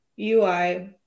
UI